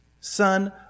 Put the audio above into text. Son